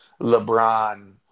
LeBron